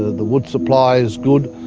the wood supply is good,